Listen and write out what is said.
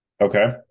Okay